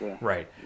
Right